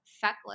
feckless